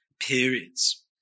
periods